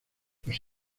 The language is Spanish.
los